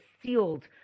sealed